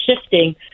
shifting